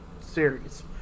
series